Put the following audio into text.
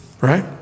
right